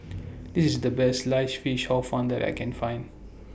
This IS The Best Sliced Fish Hor Fun that I Can Find